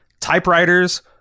Typewriters